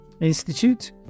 institute